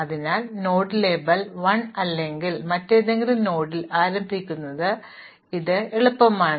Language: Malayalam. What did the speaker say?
അതിനാൽ നോഡ് ലേബൽ 1 അല്ലെങ്കിൽ മറ്റേതെങ്കിലും നോഡിൽ ആരംഭിക്കുന്ന ഇത് ചെയ്യാൻ വളരെ എളുപ്പമാണ്